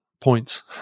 points